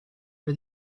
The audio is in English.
for